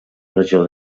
regió